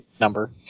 number